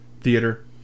theater